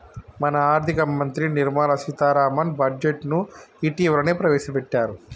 మన ఆర్థిక మంత్రి నిర్మల సీతారామన్ బడ్జెట్ను ఇటీవలనే ప్రవేశపెట్టారు